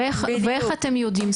ואיך אתם יודעים?